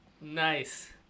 Nice